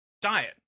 diet